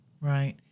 Right